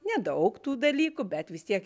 nedaug tų dalykų bet vistiek